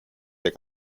der